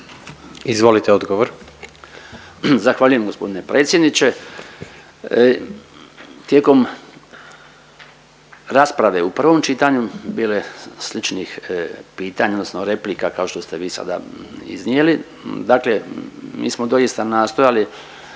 Branko (HDZ)** Zahvaljujem gospodine predsjedniče. Tijekom rasprave u prvom čitanju bilo je sličnih pitanja odnosno replika kao što ste vi sada iznijeli. Dakle mi smo doista nastojali